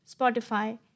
Spotify